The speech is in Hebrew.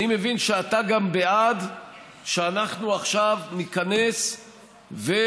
אני מבין שגם אתה בעד שאנחנו עכשיו ניכנס ונכבוש,